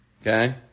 okay